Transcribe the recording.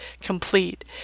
complete